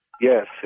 Yes